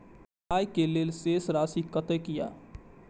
आय के लेल शेष राशि कतेक या?